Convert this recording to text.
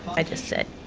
i just said,